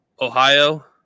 Ohio